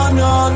no